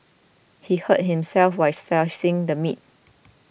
he hurt himself while slicing the meat